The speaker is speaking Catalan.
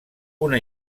una